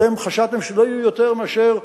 אתם חשבתם שלא יהיו יותר מאשר,